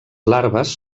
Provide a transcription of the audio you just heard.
larves